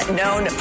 known